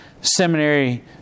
seminary